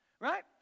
right